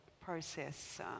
process